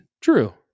true